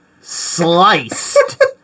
sliced